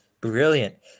Brilliant